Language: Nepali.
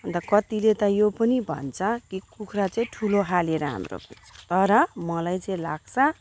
अनि त कतिले त यो पनि भन्छ कि कुखुरा चाहिँ ठुलो खाले राम्रो तर मलाई चाहिँ लाग्छ